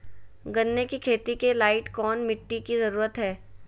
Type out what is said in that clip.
गन्ने की खेती के लाइट कौन मिट्टी की जरूरत है?